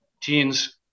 teens